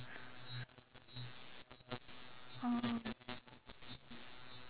oh